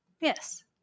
Yes